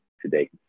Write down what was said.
today